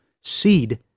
seed